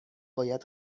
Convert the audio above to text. باید